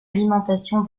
alimentation